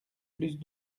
plus